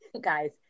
Guys